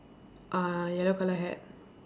uh yellow colour hat